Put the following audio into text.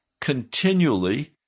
continually